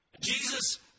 Jesus